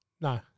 No